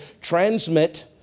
transmit